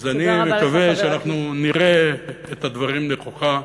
אז אני מקווה שאנחנו נראה את הדברים נכוחה,